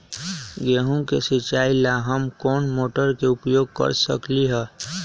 गेंहू के सिचाई ला हम कोंन मोटर के उपयोग कर सकली ह?